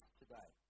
today